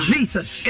Jesus